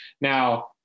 Now